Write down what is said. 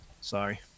sorry